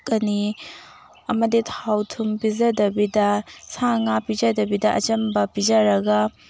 ꯀꯅꯤ ꯑꯃꯗꯤ ꯊꯥꯎ ꯊꯨꯝ ꯄꯤꯖꯗꯕꯤꯗ ꯁꯥ ꯉꯥ ꯄꯤꯖꯗꯕꯤꯗ ꯑꯆꯝꯕ ꯄꯤꯖꯔꯒ